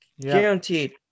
Guaranteed